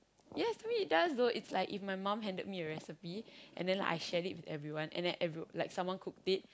yes mean it does though it's like if my mum handed me a recipe and then like I shared it with everyone and then everyone like someone cooked it